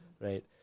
right